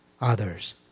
others